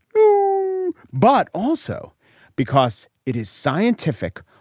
um but also because it is scientific,